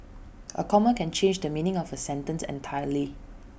A comma can change the meaning of A sentence entirely